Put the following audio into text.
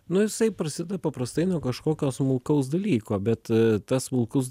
nu jisai prasideda paprastai nuo kažkokio smulkaus dalyko bet tas smulkus